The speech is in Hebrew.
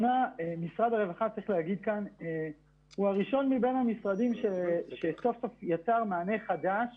משרד הרווחה הוא הראשון מבין המשרדים שסוף סוף יצר מענה חדש